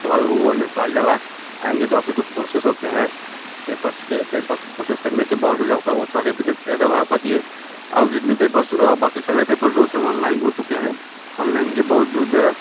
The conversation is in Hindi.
उसके बाद वो लेखपाल जब आएंगे तो आप के कुछ प्रोसेस होते हैं पेपर्स के पेपर्स प्रोसेस करने के बावजूद आपका वो सर्टिफिकेट बाक़ी और जितने पेपर्स बाक़ी सारे पेपर्स जो होते हैं वो आनलाइन हो चुके हैं आनलाइन के बावजूद